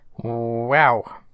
wow